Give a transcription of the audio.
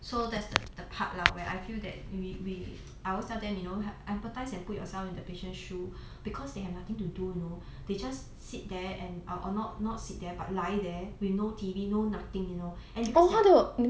so that's the the part lah where I feel that we we I always tell them you know empathise and put yourself in the patient's shoe because they have nothing to do you know they just sit there and err not not sit there but lie there with no T_V no nothing you know and because their